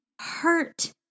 hurt